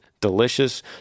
delicious